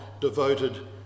devoted